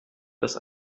das